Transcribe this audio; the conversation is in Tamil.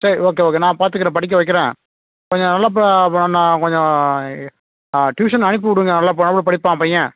சரி ஓகே ஓகே நான் பாத்துக்கிறேன் படிக்க வைக்கிறேன் கொஞ்சம் நல்லா கொஞ்சம் டியூஷன் அனுப்பி விடுங்க அவன் நல்லா நல்லா படிப்பான் பையன்